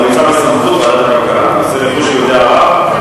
זה נמצא בסמכות ועדת הכלכלה, נושא רכוש יהודי ערב.